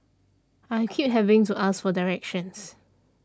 I keep having to ask for directions